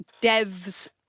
Dev's